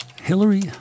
Hillary